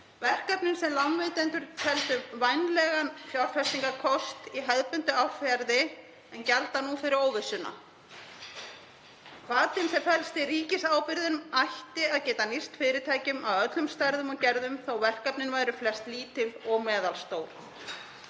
verkefni sem lánveitendur teldu vænlegan fjárfestingarkost í hefðbundnu árferði en gjalda nú fyrir óvissuna. Hvatinn sem felst í ríkisábyrgðum ætti að geta nýst fyrirtækjum af öllum stærðum og gerðum þó að verkefnin væru flest lítil og meðalstór.